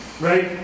right